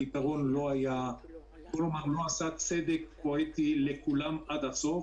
הפתרון לא עשה צדק פואטי לכולם עד הסוף,